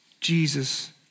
Jesus